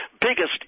Biggest